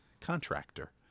Contractor